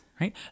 right